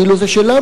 כאילו זה שלנו,